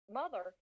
mother